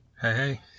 hey